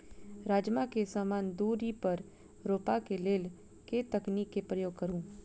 राजमा केँ समान दूरी पर रोपा केँ लेल केँ तकनीक केँ प्रयोग करू?